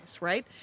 right